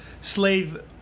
slave